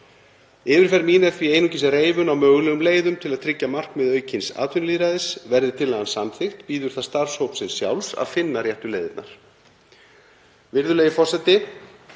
Yfirferð mín er því einungis reifun á mögulegum leiðum til að tryggja markmið aukins atvinnulýðræðis. Verði tillagan samþykkt bíður það starfshópsins sjálfs að finna réttu leiðirnar. Virðulegi forseti.